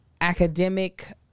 Academic